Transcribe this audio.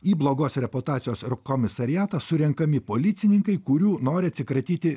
į blogos reputacijos komisariatą surenkami policininkai kurių nori atsikratyti